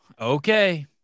Okay